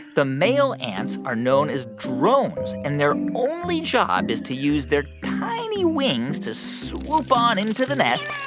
the male ants are known as drones. and their only job is to use their tiny wings to swoop on into the nest,